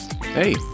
Hey